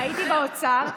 הייתי באוצר.